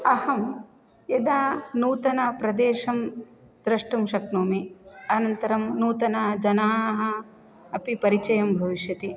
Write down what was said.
अहं यदा नूतनप्रदेशं द्रष्टुं शक्नोमि अनन्तरं नूतनजनाः अपि परिचयं भविष्यति